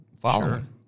following